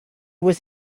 was